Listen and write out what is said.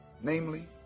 namely